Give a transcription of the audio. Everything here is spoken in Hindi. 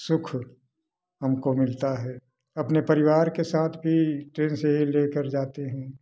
सुख हमको मिलता है अपने परिवार के साथ भी ट्रेन से ही लेकर जाते हैं